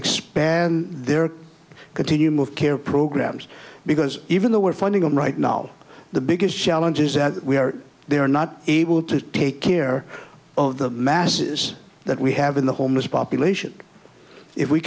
expand their continuum of care programs because even though we're funding on right now the biggest challenges that we are they are not able to take care of the masses that we have in the homeless population if we